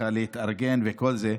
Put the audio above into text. שצריכה להתארגן וכל זה,